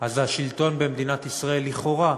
אז השלטון במדינת ישראל, לכאורה,